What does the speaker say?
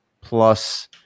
plus